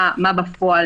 מה בפועל,